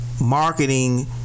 marketing